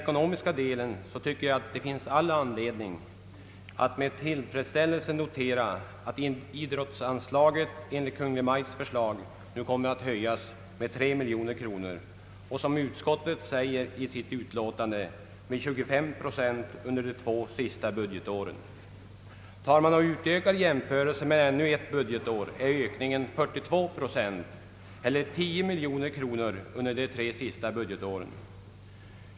ker jag att det finns all anledning att med tillfredsställelse notera att idrottsanslaget enligt Kungl. Maj:ts förslag nu kommer att höjas med 3 miljoner kronor och, som utskottet säger i sitt utlåtande, har höjts med 25 procent under de två senaste budgetåren. Utökar man jämförelsen till att omfatta ännu ett budgetår, finner man att ökningen är 42 procent eller 10 miljoner kronor under de tre senaste budgetåren.